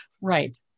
Right